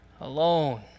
alone